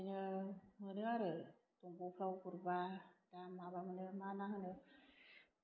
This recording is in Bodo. बिदिनो मोनो आरो दंगफ्राव गुरबा ना माबा मोनो मा ना होनो